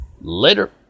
Later